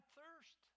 thirst